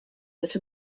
that